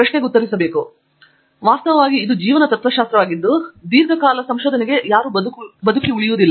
ಇಲ್ಲದಿದ್ದರೆ ನಿಮಗೆ ತಿಳಿದಿಲ್ಲದಿದ್ದರೆ ಅಥವಾ ಕೆಲವೇ ಒಳಗೆ ಏಕೆ ಸ್ಪಷ್ಟವಾಗಿಲ್ಲ ಮತ್ತು ಇದು ವಾಸ್ತವವಾಗಿ ಒಂದು ಜೀವನ ತತ್ತ್ವಶಾಸ್ತ್ರವಾಗಿದ್ದು ದೀರ್ಘಕಾಲ ಸಂಶೋಧನೆಗೆ ನೀವು ಬದುಕುಳಿಯುವುದಿಲ್ಲ